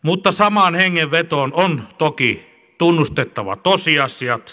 mutta samaan hengenvetoon on toki tunnustettava tosiasiat